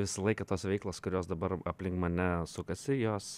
visą laiką tos veiklos kurios dabar aplink mane sukasi jos